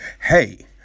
hey